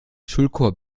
schulchor